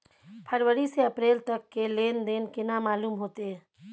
फरवरी से अप्रैल तक के लेन देन केना मालूम होते?